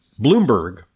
Bloomberg